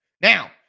Now